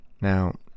Now